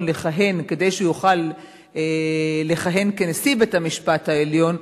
העליון לכהן כדי שיוכל לכהן כנשיא בית-המשפט העליון,